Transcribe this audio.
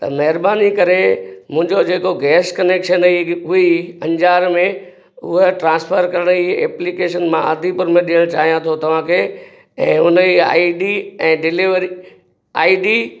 त महिरबानी करे मुंहिजो जेको गैस कनेक्शन हुई हुई अंजार में हूअ ट्रांस्फ़र करण जी एप्लीकेशन मां आदिपुर में ॾियण चाहियां थो तव्हांखे ऐं उनजी आई डी ऐं डिलेवरी आई डी